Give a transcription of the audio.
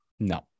No